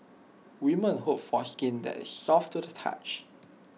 women hope for skin that is soft to the touch